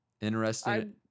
Interesting